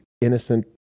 innocent